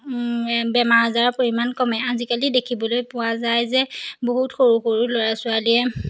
বেমাৰ আজাৰৰ পৰিমাণ কমে আজিকালি দেখিবলৈ পোৱা যায় যে বহুত সৰু সৰু ল'ৰা ছোৱালীয়ে